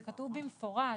זה כתוב במפורש,